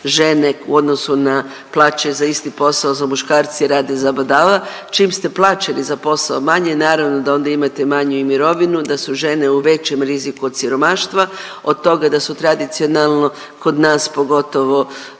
žene u odnosu na plaće za isti posao za muškarci rade zabadava. Čim ste plaćeni za posao manje, naravno da onda imate manju i mirovinu, da su žene u većem riziku od siromaštva, od toga da su tradicionalno kod nas pogotovo